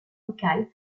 locale